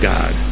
God